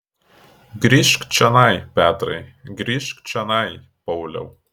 grįžk čionai petrai grįžk čionai pauliau